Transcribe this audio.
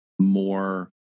more